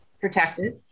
Protected